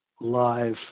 live